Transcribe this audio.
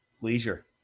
Leisure